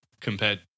compared